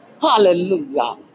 hallelujah